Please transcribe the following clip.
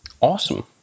Awesome